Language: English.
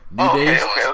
okay